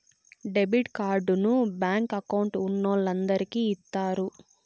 debit కార్డుని bank account ఉన్నోలందరికి ఇత్తారు